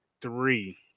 three